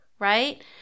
Right